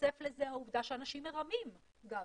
מתווספת לזה העובדה שאנשים מרמים גם.